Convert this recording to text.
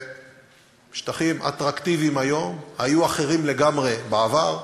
שהם שטחים אטרקטיביים היום, היו אחרים לגמרי בעבר.